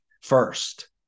first